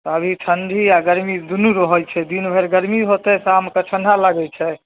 अभी ठण्डी आ गरमी दुनू रहैत छै दिन भरि गरमी होयतै शामके ठण्डा लागैत छै